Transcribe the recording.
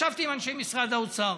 ישבתי עם אנשי משרד האוצר.